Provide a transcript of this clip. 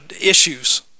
issues